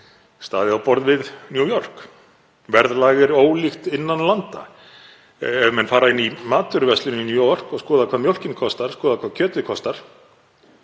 staði á borð við New York. Verðlag er ólíkt innan landa. Ef menn fara í matvöruverslun í New York og skoða hvað mjólkin kostar, skoða hvað kjötið kostar